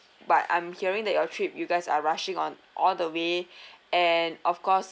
but I'm hearing that your trip you guys are rushing on all the way and of course